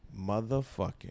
motherfucking